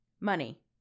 money